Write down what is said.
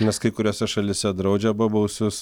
nes kai kuriose šalyse draudžia bobausius